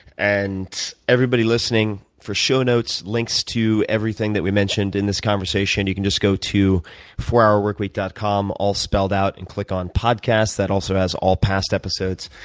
and everybody listening, for show notes, links to everything that we mentioned in this conversation, you can just go to four hourworkweek dot com, all spelled out, and click on podcast. that also has all past episodes.